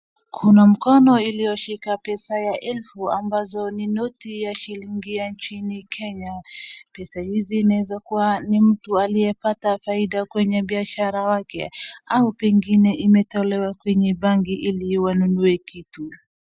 Kuna mkono iliyoshika pesa ya elfu ambazo ni noti ya shilingi ya nchini Kenya. Pesa hizi ni za kuwa ni mtu aliyepata faida kwenye biashara yake au pengine imetolewa kwenye benki ili wanunue kitu.